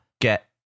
get